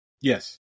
Yes